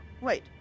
Wait